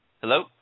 Hello